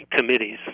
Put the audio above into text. Committees